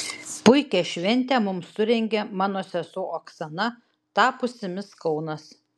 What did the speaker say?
puikią šventę mums surengė mano sesuo oksana tapusi mis kaunas